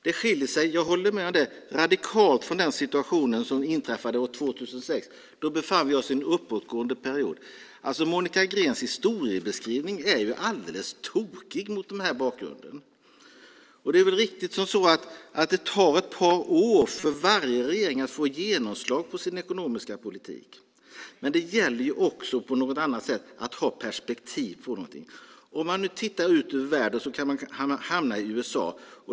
Det skiljer sig - jag håller med om det - radikalt från situationen år 2006, då vi befann oss i en uppåtgående period. Monica Greens historieskrivning är ju alldeles tokig mot den här bakgrunden. Det är väl riktigt att det tar ett par år för varje regering att få genomslag för sin ekonomiska politik. Men det gäller också att ha perspektiv. Om man nu tittar ut över världen kan man hamna i USA.